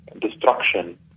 destruction